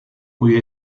cui